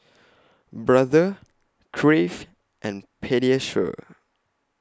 Brother Crave and Pediasure